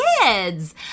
Kids